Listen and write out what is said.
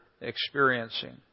experiencing